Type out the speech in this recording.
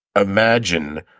imagine